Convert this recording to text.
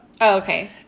okay